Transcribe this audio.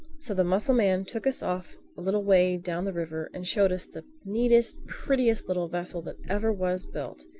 so the mussel-man took us off a little way down the river and showed us the neatest, prettiest, little vessel that ever was built.